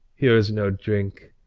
here is no drink.